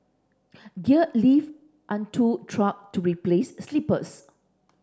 gear lifted unto track to replace sleepers